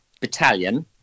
battalion